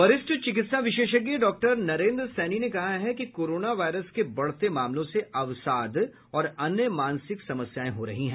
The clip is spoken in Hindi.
वरिष्ठ चिकित्सा विशेषज्ञ डॉक्टर नरेंद्र सैनी ने कहा है कि कोरोना वायरस के बढते मामलों से अवसाद और अन्य मानसिक समस्याएं हो रही हैं